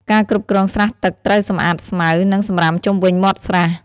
ការគ្រប់គ្រងស្រះទឹកត្រូវសម្អាតស្មៅ និងសំរាមជុំវិញមាត់ស្រះ។